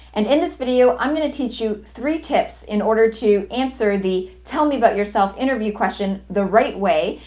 and in this video, i'm going to teach you three tips in order to answer the tell me about yourself interview question the right way,